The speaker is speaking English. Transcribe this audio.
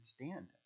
understand